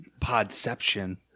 Podception